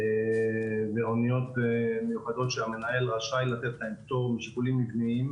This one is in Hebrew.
אלה אוניות מיוחדות שהמנהל רשאי לתת להן פטור משיקולים מבניים